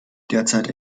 derzeit